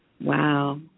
wow